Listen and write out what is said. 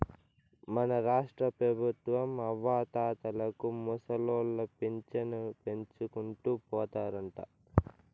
మన రాష్ట్రపెబుత్వం అవ్వాతాతలకు ముసలోళ్ల పింఛను పెంచుకుంటూ పోతారంట